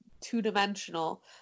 two-dimensional